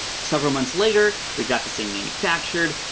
several months later, we got this thing manufactured,